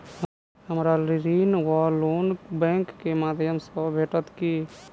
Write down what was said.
हमरा ऋण वा लोन बैंक केँ माध्यम सँ भेटत की?